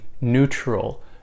neutral